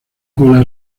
cola